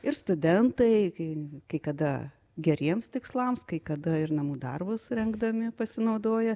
ir studentai kai kai kada geriems tikslams kai kada ir namų darbus rengdami pasinaudoja